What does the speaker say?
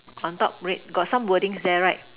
on top red got some wordings there right